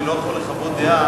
אני לא יכול לחוות דעה,